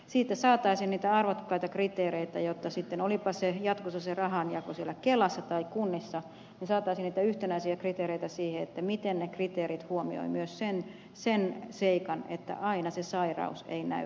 siitä saataisiin niitä arvokkaita kriteereitä jotta sitten olipa jatkossa se rahanjako siellä kelassa tai kunnissa saataisiin niitä yhtenäisiä kriteereitä siihen miten ne kriteerit huomioivat myös sen seikan että aina se sairaus ei näe